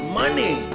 money